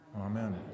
amen